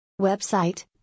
Website